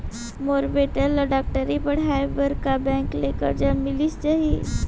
मोर बेटा ल डॉक्टरी पढ़ाये बर का बैंक ले करजा मिलिस जाही?